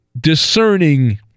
discerning